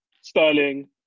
Sterling